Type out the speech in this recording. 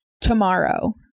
tomorrow